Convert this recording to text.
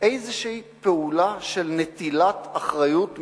איזו פעולה של נטילת אחריות מינימלית,